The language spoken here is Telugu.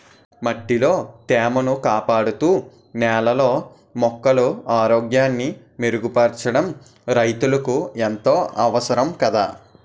మట్టిలో తేమను కాపాడుతూ, నేలలో మొక్కల ఆరోగ్యాన్ని మెరుగుపరచడం రైతులకు ఎంతో అవసరం కదా